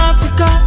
Africa